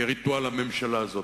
כריטואל הממשלה הזאת.